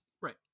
right